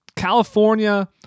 California